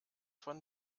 von